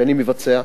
שאני מבצע,